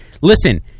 listen